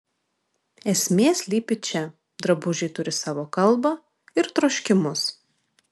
esmė slypi čia drabužiai turi savo kalbą ir troškimus